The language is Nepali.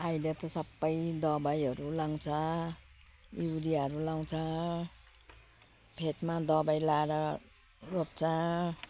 अहिले त सबै दबाईहरू लगाउँछ युरियाहरू लगाउँछ फेदमा दबाई लगाएर रोप्छ